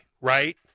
right